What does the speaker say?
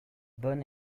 bonn